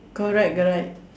correct correct